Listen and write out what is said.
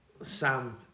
Sam